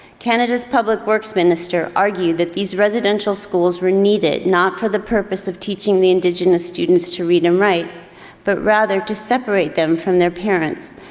canada's public works minister argued that these residential schools were needed, not for the purpose of teaching the indigenous students to read and write but rather to separate them from their parents,